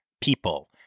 people